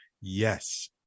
yes